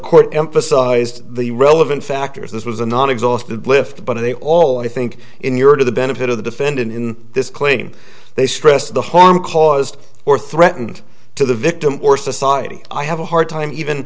court emphasized the relevant factors this was a not exhausted lift but a all i think in your to the benefit of the defendant in this claim they stressed the harm caused or threatened to the victim or society i have a hard time even